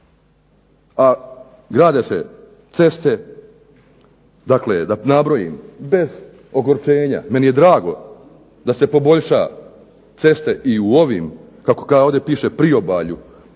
a grade se ceste, dakle da nabrojim bez ogorčenja, meni je drago da se poboljša ceste i u ovim kako ovdje piše priobalju,